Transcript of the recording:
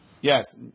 Yes